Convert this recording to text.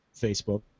Facebook